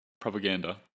propaganda